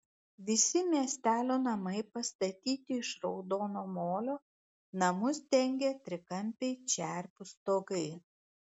visi miestelio namai pastatyti iš raudono molio namus dengia trikampiai čerpių stogai